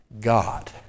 God